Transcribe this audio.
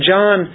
John